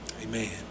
Amen